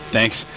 Thanks